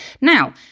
Now